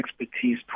expertise